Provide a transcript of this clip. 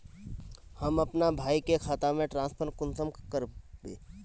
हम अपना भाई के खाता में ट्रांसफर कुंसम कारबे?